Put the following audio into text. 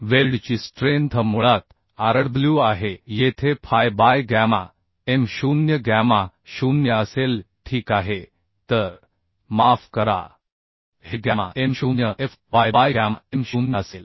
वेल्डची स्ट्रेंथ मुळात Rw आहे येथे Fy by gamma M 0 gamma 0 असेल ठीक आहे तर माफ करा हे gamma M0 Fy by gamma M 0 असेल